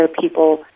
people